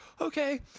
Okay